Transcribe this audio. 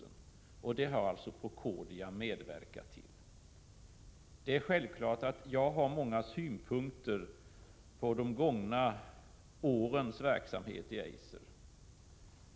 Detta har alltså Procordia medverkat till. Det är självfallet att jag har många synpunkter på de gångna årens verksamhet inom FEiser.